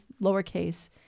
lowercase